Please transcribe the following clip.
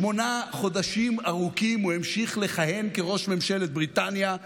שמונה חודשים ארוכים הוא המשיך לכהן כראש ממשלת בריטניה.